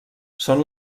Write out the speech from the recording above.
són